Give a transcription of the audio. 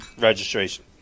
registration